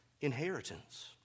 inheritance